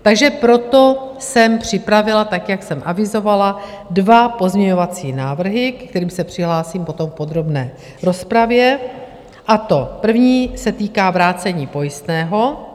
Takže proto jsem připravila, jak jsem avizovala, dva pozměňovací návrhy, ke kterým se přihlásím potom v podrobné rozpravě, a to: první se týká vrácení pojistného.